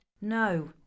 No